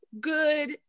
good